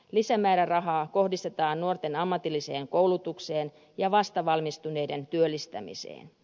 lisämäärärahaa kohdistetaan nuorten ammatilliseen koulutukseen ja vastavalmistuneiden työllistämiseen